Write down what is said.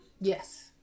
Yes